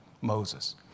Moses